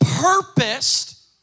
purposed